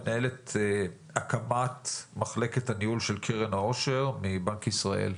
מנהלת הקמת מחלקת הניהול של קרן העושר מבנק ישראל.